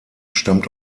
stammt